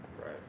right